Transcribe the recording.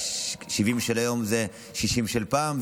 ו-70 של היום זה 60 של פעם וכו'.